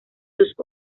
sus